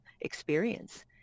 experience